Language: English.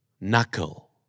knuckle